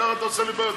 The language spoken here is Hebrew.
ככה אתה עושה לי בעיות?